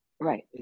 Right